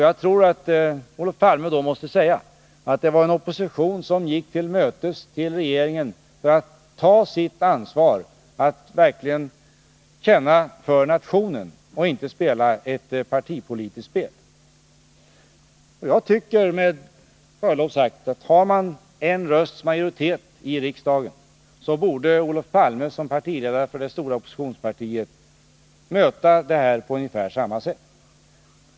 Jag tror att Olof Palme då måste säga att oppositionen gick regeringen till mötes för att ta sitt ansvar och verkligen kände för nationen — och inte spelade något partipolitiskt spel. Jag tycker med förlov sagt att i en situation med en rösts majoritet i riksdagen borde Olof Palme som partiledare för det stora oppositionspartiet möta situationen på ungefär samma sätt.